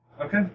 Okay